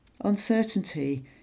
Uncertainty